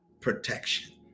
protection